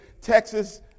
Texas